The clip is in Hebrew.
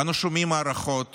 אנו שומעים הערכות